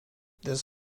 this